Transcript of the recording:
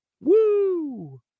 Woo